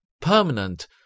PERMANENT